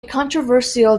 controversial